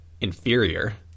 inferior